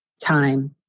time